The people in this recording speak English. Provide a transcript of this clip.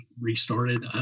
restarted